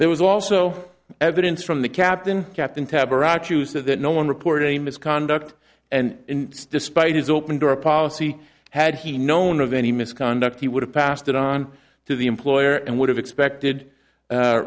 there was also evidence from the captain captain tab or argues that no one reported any misconduct and despite his open door policy had he known of any misconduct he would have passed it on to the employer and would have expected